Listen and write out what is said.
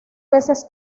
veces